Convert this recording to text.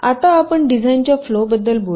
आता आपण डिझाइनच्या फ्लोबद्दल बोलूया